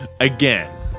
again